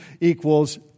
equals